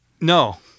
No